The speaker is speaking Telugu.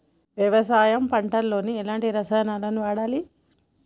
వ్యవసాయం పంట లో ఎలాంటి రసాయనాలను వాడాలి?